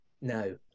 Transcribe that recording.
No